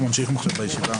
אנחנו ממשיכים עכשיו בישיבה.